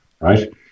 right